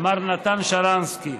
מר נתן שרנסקי.